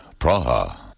Praha